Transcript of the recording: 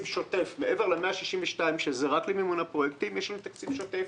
מעבר ל-162 מיליון שקל שמיועדים רק למימון הפרויקטים יש לנו תקציב שוטף.